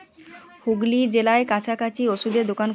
হুগলি জেলায় কাছাকাছি ওষুধের দোকান